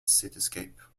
cityscape